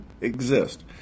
exist